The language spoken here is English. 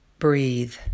Breathe